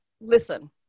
listen